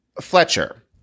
fletcher